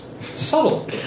subtle